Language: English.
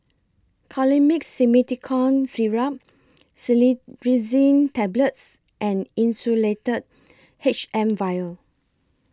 Colimix Simethicone Syrup Cetirizine Tablets and Insulatard H M Vial